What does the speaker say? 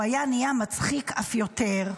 הוא היה מצחיק אף יותר.